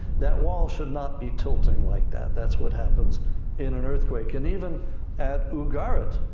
that wall should not be tilting like that, that's what happens in an earthquake. and even at ugarit,